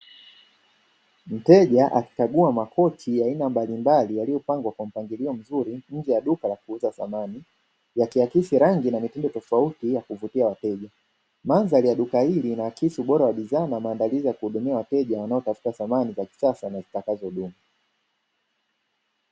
Mteja akikagua makochi aina mbalimbali yaliyopangwa kwa mpangilio mzuri nje ya duka kuuza samani, yakiakisi rangi na mitindo tofauti ya kuvutia wateja, mandhari ya duka hili inaakisi ubora wa bidhaa na maandalizi ya kuhudumia wateja wanaotafuta samani za kisasa na zitakazodumu.